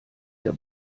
der